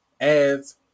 ads